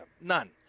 None